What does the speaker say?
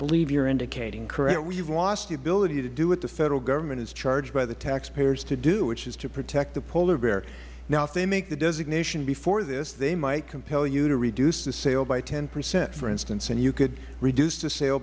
believe you are indicating correct mister inslee you have lost the ability to do what the federal government is charged by the taxpayers to do which is to protect the polar bear now if they make the designation before this they might compel you to reduce the sale by ten percent for instance and you could reduce the sale